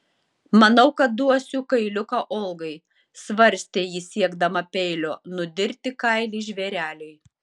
manau kad duosiu kailiuką ogai svarstė ji siekdama peilio nudirti kailį žvėreliui